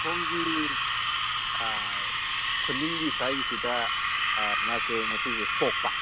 ꯃꯈꯣꯡꯒꯤ ꯈꯨꯅꯤꯡꯒꯤ ꯁ꯭ꯋꯥꯤꯒꯤꯁꯤꯗ ꯃꯥꯁꯦ ꯉꯁꯤꯁꯦ ꯁꯣꯛꯄ